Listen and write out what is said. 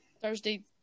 Thursday